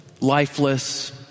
lifeless